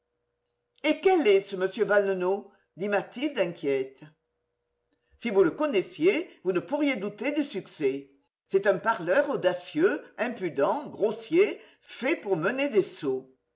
et quel est ce m valenod dit mathilde inquiète si vous le connaissiez vous ne pourriez douter du succès c'est un parleur audacieux impudent grossier fait pour mener des sots